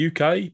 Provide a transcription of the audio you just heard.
uk